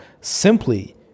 simply